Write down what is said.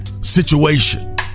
situation